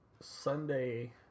sunday